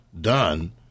done